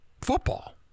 football